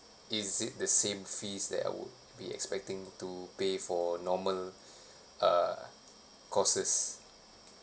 is it the same fees that we'll be expecting to pay for normal uh courses